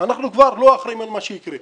על מה שיקרה.